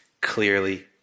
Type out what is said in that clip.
clearly